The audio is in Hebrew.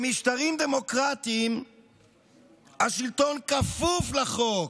במשטרים דמוקרטיים השלטון כפוף לחוק.